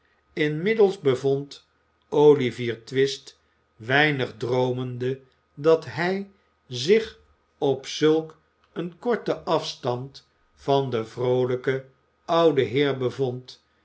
inmiddels bevond olivier twist weinig droomende dat hij zich op zulk een korten afstand van den vroolijken ouden heer bevond